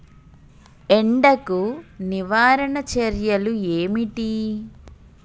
ఎండకు నివారణ చర్యలు ఏమిటి?